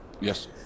Yes